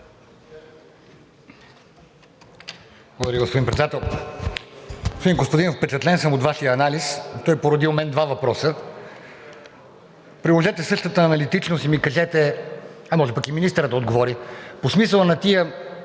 Благодаря, господин Председател! Господин Костадинов, впечатлен съм от Вашия анализ. Той породи у мен два въпроса. Приложете същата аналитичност и ми кажете, може пък и министърът да отговори, по смисъла на тези